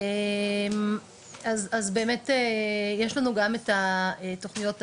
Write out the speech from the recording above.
אז באמת יש לנו גם את התוכניות,